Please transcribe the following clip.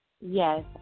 Yes